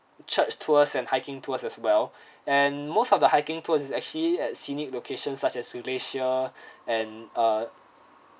church tours and hiking tours as well and most of the hiking tours is actually at scenic locations such as and uh